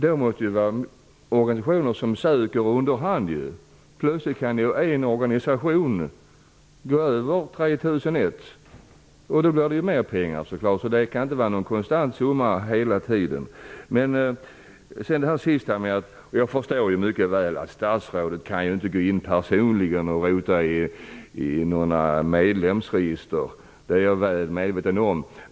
Det måste ju finnas organisationer som söker under hand. Plötsligt kan ju en organisation ha fler än 3 001 medlemmar, och då får de ju mer pengar. Det kan alltså inte vara fråga om någon konstant summa hela tiden. Jag förstår mycket väl att statsrådet inte kan gå in personligen och rota i några medlemsregister, det är jag väl medveten om.